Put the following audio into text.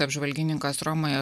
apžvalgininkas romoje